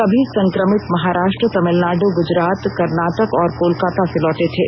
सभी संक्रमित महाराष्ट्र तमिलनाडू गुजरात कर्नाटक और कोलकाता से लौटे थे